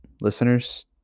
listeners